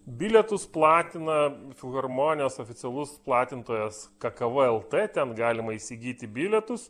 bilietus platina filharmonijos oficialus platintojas kakava lt ten galima įsigyti bilietus